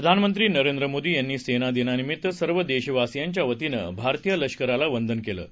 प्रधानमंत्री नरेंद्र मोदी यांनी सेना दिनानिमित्त सर्व देशवासीयांच्या वतीनं भारतीय लष्कराला वंदन केलं आहे